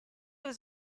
was